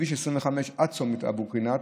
מכביש 25 עד צומת אבו קרינאת,